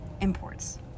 imports